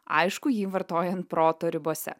aišku jį vartojant proto ribose